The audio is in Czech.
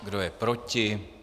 Kdo je proti?